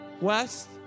west